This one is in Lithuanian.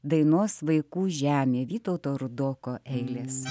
dainos vaikų žemė vytauto rudoko eilės